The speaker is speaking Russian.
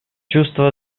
чувство